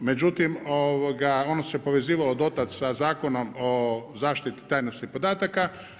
Međutim, ono se povezivalo do tad sa Zakonom o zaštiti tajnosti podataka.